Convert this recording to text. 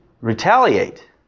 Retaliate